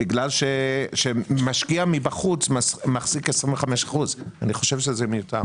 בגלל שמשקיע מבחוץ מחזיק 25%, אני חושב שזה מיותר.